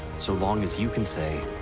so long as you can say.